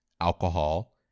alcohol